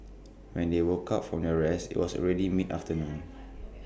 when they woke up from their rest IT was already mid afternoon